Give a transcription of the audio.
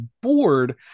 bored